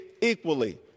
equally